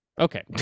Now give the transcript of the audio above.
Okay